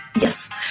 Yes